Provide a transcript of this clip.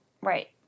Right